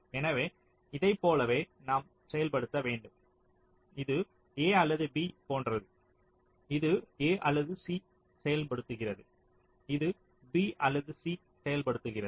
எனவே இதைப் போலவே நாம் செயல்படுத்த வேண்டும் இது a அல்லது b போன்றது இது a அல்லது c செயல்படுத்துகிறது இது b அல்லது c செயல்படுத்துகிறது